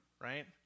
right